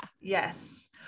Yes